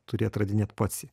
turi atradinėt pats jį